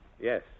Yes